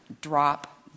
drop